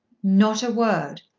not a word.